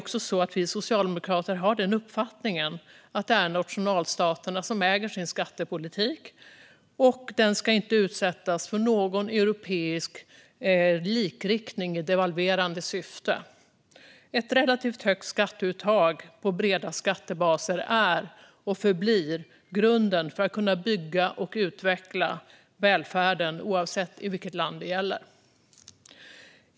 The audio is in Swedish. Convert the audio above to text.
Vi socialdemokrater har samtidigt uppfattningen att det är nationalstaterna som äger sin skattepolitik, och den ska inte utsättas för någon europeisk likriktning i devalverande syfte. Ett relativt högt skatteuttag på breda skattebaser är och förblir grunden för att kunna bygga och utveckla välfärden oavsett vilket land det gäller.